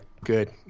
good